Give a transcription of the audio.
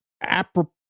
apropos